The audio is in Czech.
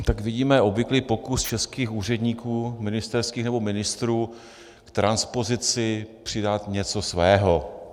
Tak vidíme obvyklý pokus českých úředníků, ministerských nebo ministrů, k transpozici přidat něco svého.